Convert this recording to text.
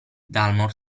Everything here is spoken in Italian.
dalmor